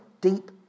deep